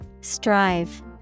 Strive